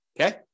okay